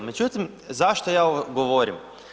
Međutim, zašto ja ovo govorim?